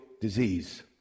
disease